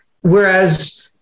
Whereas